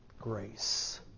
grace